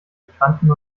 migranten